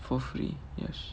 for free yes